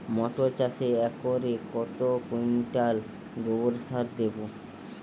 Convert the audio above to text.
মটর চাষে একরে কত কুইন্টাল গোবরসার দেবো?